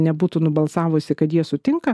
nebūtų nubalsavusi kad jie sutinka